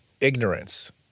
ignorance